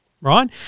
right